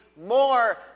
more